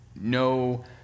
No